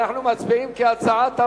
אנחנו מצביעים כהצעת הוועדה.